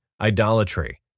idolatry